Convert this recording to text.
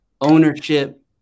ownership